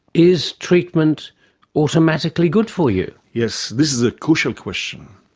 is treatment automatically good for you? yes, this is a crucial question.